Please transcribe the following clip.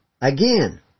Again